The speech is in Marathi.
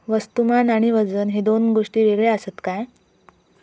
वस्तुमान आणि वजन हे दोन गोष्टी वेगळे आसत काय?